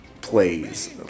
plays